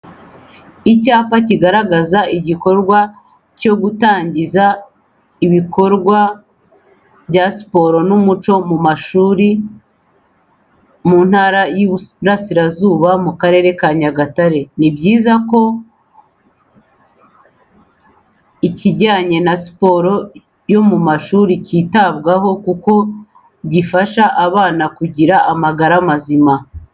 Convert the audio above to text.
Icyapa kigaragaza igikorwa cyo gutangiza igikorwa byo gutangiza ibikorwa bya siporo n'umuco mu mashuri mu ntara y'Iburasirazuba mu karere ka Nyagatare. Ni byiza ko ikijyanye na siporo yo mu mashuri cyitabwaho kuko gifasha abana kugira amagara mazima.